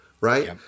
right